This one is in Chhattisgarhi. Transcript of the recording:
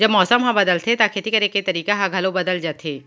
जब मौसम ह बदलथे त खेती करे के तरीका ह घलो बदल जथे?